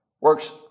Works